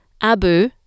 Abu